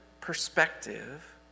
perspective